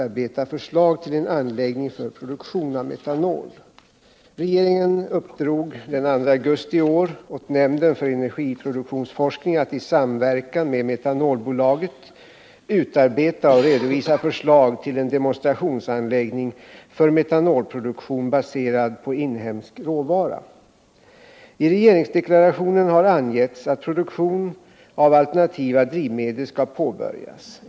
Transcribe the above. Regeringen uppdrog den 2 augusti i år åt nämnden för energiproduktionsforskning att i samverkan med Metanolbolaget utarbeta och redovisa förslag till en demonstrationsanläggning för metanolproduktion baserad på inhemsk råvara. I regeringsdeklarationen har angetts att produktion av alternativa drivmedel skall påbörjas.